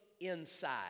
inside